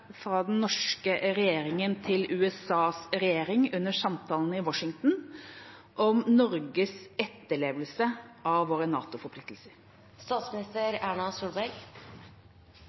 fra den norske regjeringen til USAs regjering under samtalene i Washington om Norges etterlevelse av våre